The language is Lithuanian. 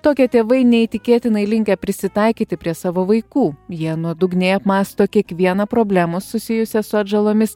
tokie tėvai neįtikėtinai linkę prisitaikyti prie savo vaikų jie nuodugniai apmąsto kiekvieną problemą susijusią su atžalomis